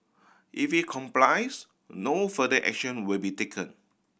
if he complies no further action will be taken